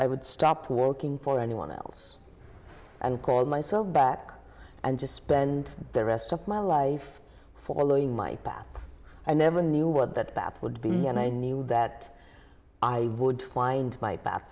i would stop working for anyone else and call myself back and just spend the rest of my life fall in my path i never knew what that path would be and i knew that i would find my